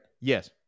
Yes